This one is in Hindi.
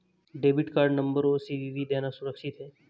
डेबिट कार्ड नंबर और सी.वी.वी देना सुरक्षित है?